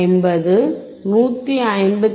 150 153